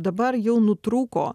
dabar jau nutrūko